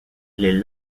les